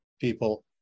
people